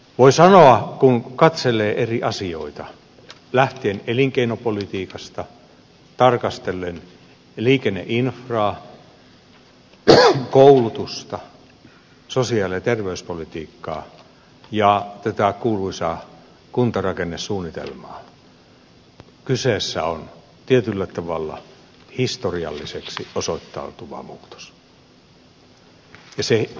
voi sanoa kun katselee eri asioita lähtien elinkeinopolitiikasta tarkastellen liikenneinfraa koulutusta sosiaali ja terveyspolitiikkaa ja tätä kuuluisaa kuntarakennesuunnitelmaa että kyseessä on tietyllä tavalla historialliseksi osoittautuva muutos